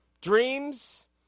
dreams